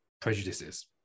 prejudices